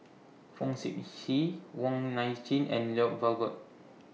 Fong Sip Chee Wong Nai Chin and Lloyd Valberg